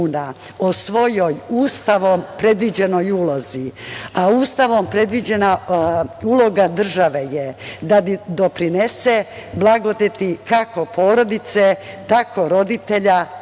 o svojoj Ustavom predviđenoj ulozi, a Ustavom predviđena uloga države je da doprinese blagodeti, kako porodice, tako roditelja,